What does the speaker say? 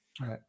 Right